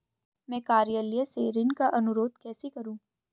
मैं कार्यालय से ऋण का अनुरोध कैसे करूँ?